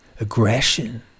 aggression